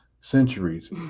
centuries